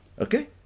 okay